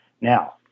now